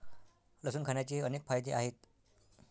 लसूण खाण्याचे अनेक फायदे आहेत